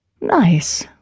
Nice